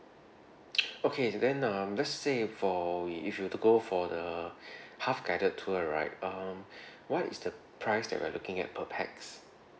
okay then um let's say for we if we're to go for the half guided tour right um what is the price that we are looking at per pax